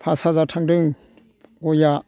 pass हाजार थांदों गइया